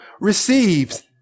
receives